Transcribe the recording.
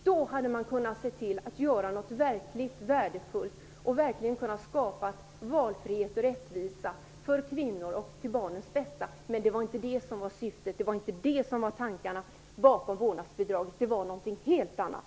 Då hade något verkligt värdefullt kunnat skapas med valfrihet och rättvisa för kvinnor och till barnens bästa. Det var inte det som var syftet och tankarna bakom vårdnadsbidraget. Det var något helt annat.